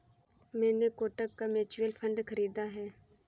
मैंने कोटक का mutual fund खरीदा है